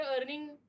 earning